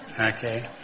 okay